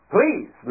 Please